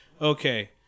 okay